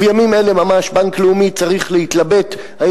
בימים אלה ממש בנק לאומי צריך להתלבט אם